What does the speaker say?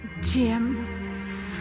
Jim